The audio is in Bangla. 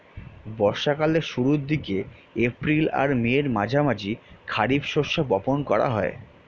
বর্ষা কালের শুরুর দিকে, এপ্রিল আর মের মাঝামাঝি খারিফ শস্য বপন করা হয়